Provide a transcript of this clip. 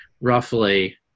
roughly